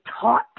taught